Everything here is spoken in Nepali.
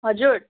हजुर